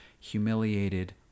humiliated